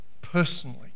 personally